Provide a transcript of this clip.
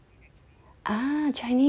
ah Chinese